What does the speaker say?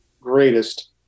greatest